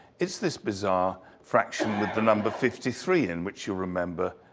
it's this bizarre fraction with the number fifty three in, which you remember,